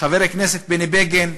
חבר הכנסת בני בגין,